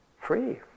free